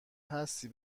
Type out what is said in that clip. هستی